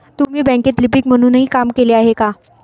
तुम्ही बँकेत लिपिक म्हणूनही काम केले आहे का?